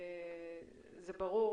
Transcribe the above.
זה ברור,